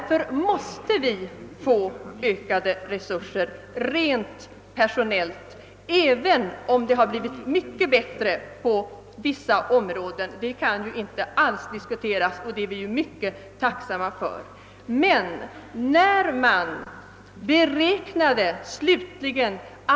Förhållandena har visserligen blivit mycket bättre inom vissa områden, och det är vi tacksamma för, men de personella resurserna måste ändå utökas.